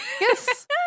Yes